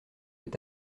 est